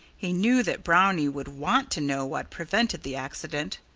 he knew that brownie would want to know what prevented the accident.